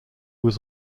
was